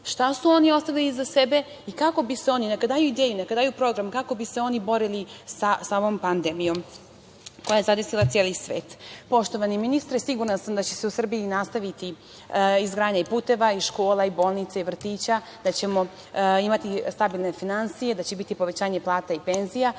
što su oni ostavili iza sebe i kako bi se oni, neka daju ideju, neka daju program kako bi se oni borili sa ovom pandemijom koja je zadesila celi svet. Poštovani ministre, sigurna sam da će se u Srbiji nastaviti izgradnja i puteva i škola i bolnica i vrtića, da ćemo imati stabilne finansije, da će biti povećanje plata i penzija.